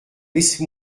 laisse